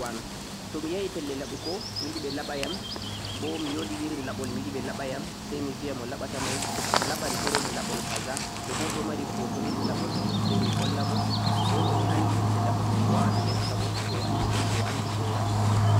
to mi yahi pellel laɓugo, mi yiɗi ɓe laɓa yam, bo mi woodi irin laɓol mi yiɗi ɓe laɓo yam, say mi biya mo laɓata may, laɓam irin laɓol 'kaza' to bo o mari hoto irin laɓol may say mi holla mo, bo yo mi anndi innde irin laɓol may, mi waawan mi yecca mo to o anndi hanko o anndi ko o watta.